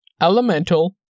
Elemental